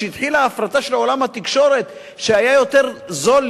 כשהתחילה ההפרטה של עולם התקשורת שהיה יותר זול